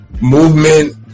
movement